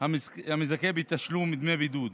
המזכה בתשלום דמי בידוד.